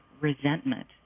resentment